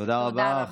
תודה רבה.